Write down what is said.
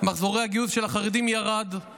מחזורי הגיוס של החרדים ירדו